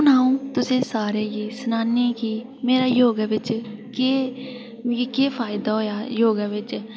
हू'न अं'ऊ तुसें सारें गी सनान्नी कि मेरा योगा बिच केह् मिगी केह् फायदा होआ योगा बिच